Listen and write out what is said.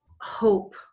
hope